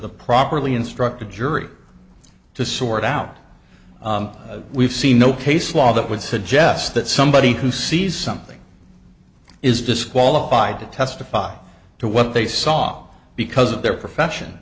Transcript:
the properly instructed jury to sort out we've seen no case law that would suggest that somebody who sees something is disqualified to testify to what they saw because of their profession